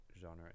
genre